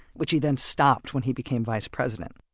which he then stopped when he became vice president.